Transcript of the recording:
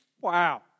wow